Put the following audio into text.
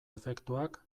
efektuak